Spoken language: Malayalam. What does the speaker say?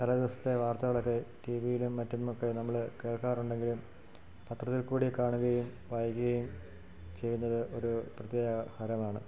തലേ ദിവസത്തെ വാർത്തകളൊക്കെ ടി വിയിലും മറ്റുമൊക്കെ നമ്മൾ കേൾക്കാറുണ്ടെങ്കിലും പത്രത്തിൽ കൂടി കാണുകയും വായിക്കുകയും ചെയ്യുന്നത് ഒരു പ്രത്യേക ഹരമാണ്